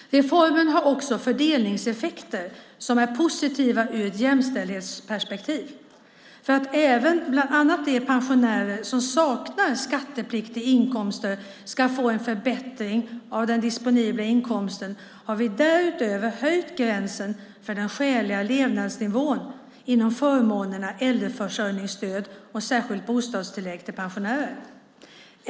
Reformen har också fördelningseffekter som är positiva ur ett jämställdhetsperspektiv. För att även bland annat de pensionärer som saknar skattepliktiga inkomster ska få en förbättring av den disponibla inkomsten har vi därutöver höjt gränsen för den skäliga levnadsnivån inom förmånerna äldreförsörjningsstöd och särskilt bostadstillägg till pensionärer.